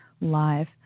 live